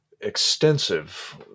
extensive